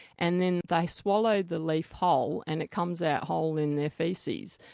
and then they swallow the leaf whole and it comes out whole in their faeces.